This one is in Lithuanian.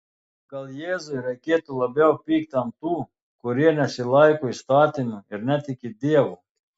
gal jėzui reikėtų labiau pykti ant tų kurie nesilaiko įstatymo ir netiki dievu